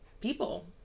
people